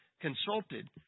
consulted